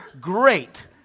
great